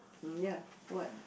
mm ya what